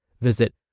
Visit